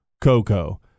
Coco